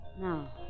now